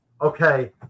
okay